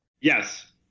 Yes